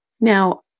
Now